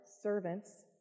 servants